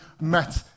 met